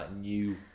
new